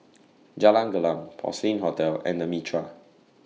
Jalan Gelam Porcelain Hotel and The Mitraa